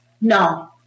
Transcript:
No